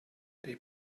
they